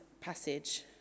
passage